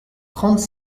trente